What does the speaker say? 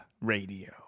Radio